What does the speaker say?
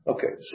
Okay